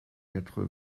quatre